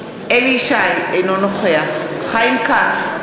אליהו ישי, אינו נוכח חיים כץ,